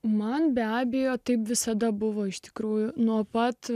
man be abejo taip visada buvo iš tikrųjų nuo pat